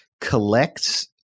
collects